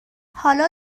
حالا